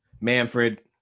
Manfred